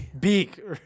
Beak